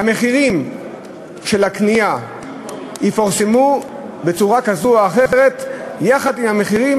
שהמחירים של הקנייה יפורסמו בצורה כזו או אחרת יחד עם המחירים,